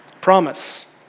Promise